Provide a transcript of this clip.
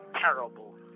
terrible